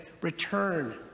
return